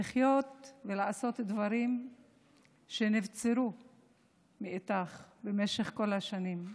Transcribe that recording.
לחיות ולעשות דברים שנבצר ממך לעשות במשך כל השנים.